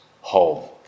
home